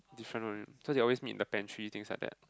different so they always meet in the pantry things like that